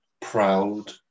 proud